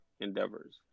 endeavors